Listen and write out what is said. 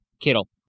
Kittle